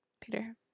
Peter